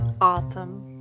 awesome